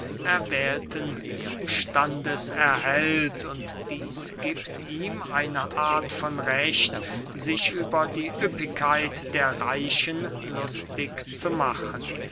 erwählten zustandes erhält und dieß giebt ihm eine art von recht sich über die üppigkeit der reichen lustig zu machen